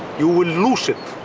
you will lose it!